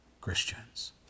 Christians